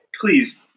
Please